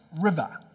River